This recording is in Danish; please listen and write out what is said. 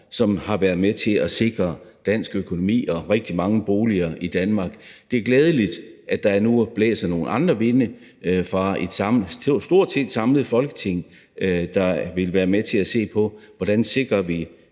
som har været med til at sikre dansk økonomi og rigtig mange boliger i Danmark. Det er glædeligt, at der nu blæser nogle andre vinde fra et stort set samlet Folketing, der vil være med til at se på, hvordan vi sikrer